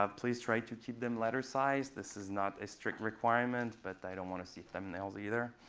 ah please try to keep them letter-sized. this is not a strict requirement, but i don't want to see thumbnails, either.